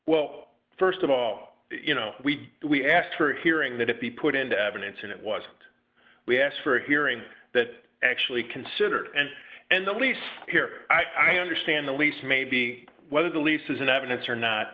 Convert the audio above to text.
well st of all you know we we after hearing that it be put into evidence and it was we asked for a hearing that actually considered and and the least here i understand the least may be whether the lease is in evidence or not